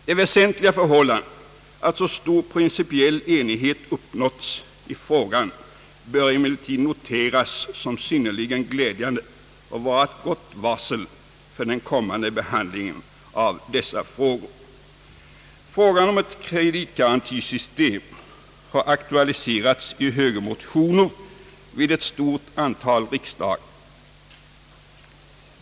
Det väsentliga förhållandet att så stor, principiell enighet uppnåtts i frågan bör emellertid noteras som synnerligen glädjande och vara ett gott varsel för den kommande behandlingen av dessa frågor. Frågan om ett kreditgarantisystem har aktualiseras i högermotioner vid ett stort antal riksdagar.